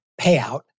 payout